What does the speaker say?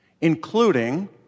including